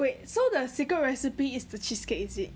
wait so the secret recipe is the cheesecake is it